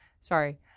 Sorry